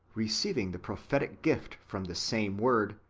receiving the pro phetic gift from the same word,